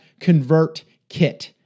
ConvertKit